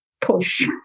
push